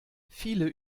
viele